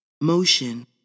motion